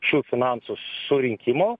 šių finansų surinkimo